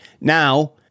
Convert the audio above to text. Now